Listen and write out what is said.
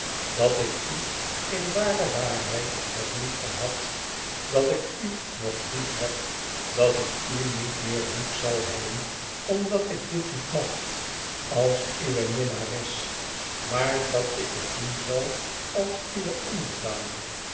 dat ik u in ware waarheid heb liefgehad dat ik u nog lief heb dat ik u niet meer lief zal hebben omdat ik dit niet mag als uwe minnares maar dat ik het doen zal als uwe onderdane